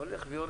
הולך ויורד.